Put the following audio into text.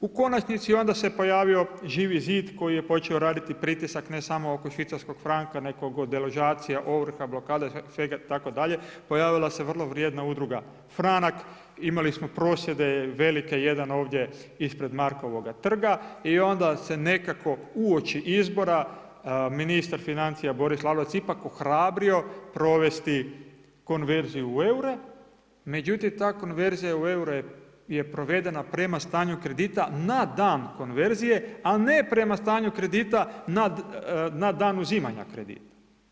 U konačnici onda se pojavio Živi zid koji je počeo radit pritisak ne samo oko švicarskog franka nego kod deložacija, ovrha, blokada i svega tako dalje, pojavila se vrlo vrijedna Udruga Franak, imali smo prosvjede velike, jedan ovdje ispred Markovoga trga i onda se nekako uoči izbora ministar financija Boris Lalovac ipak ohrabrio provesti konverziju u eure, međutim ta konverzija u eure je provedena prema stanju kredita na dan konverzije, a ne prema stanju kredita na dan uzimanja kredita.